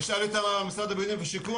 תשאל את משרד הבינוי והשיכון,